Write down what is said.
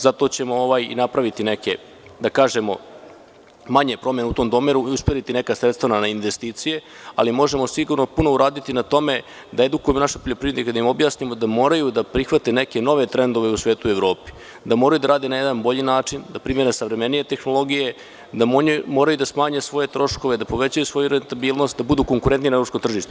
Zato ćemo i napraviti neke manje promene u tom domenu i usmeriti neka sredstva na investicije, ali možemo sigurno puno uraditi na tome da edukujemo naše poljoprivrednike, da im objasnimo da moraju da prihvate neke nove trendove u svetu i u Evropi, da moraju da rade na jedan bolji način, daprimene savremenije tehnologije, da moraju da smanje svoje troškove, da povećaju svoju rentabilnost, da budu konkurentniji na evropskom tržištu.